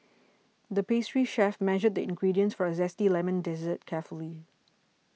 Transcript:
the pastry chef measured the ingredients for a Zesty Lemon Dessert carefully